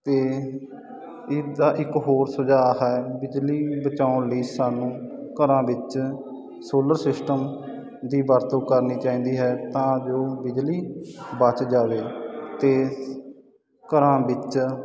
ਅਤੇ ਇਸ ਦਾ ਇੱਕ ਹੋਰ ਸੁਝਾਅ ਹੈ ਬਿਜਲੀ ਬਚਾਉਣ ਲਈ ਸਾਨੂੰ ਘਰਾਂ ਵਿੱਚ ਸੋਲਰ ਸਿਸਟਮ ਦੀ ਵਰਤੋਂ ਕਰਨੀ ਚਾਹੀਦੀ ਹੈ ਤਾਂ ਜੋ ਬਿਜਲੀ ਬਚ ਜਾਵੇ ਅਤੇ ਘਰਾਂ ਵਿੱਚ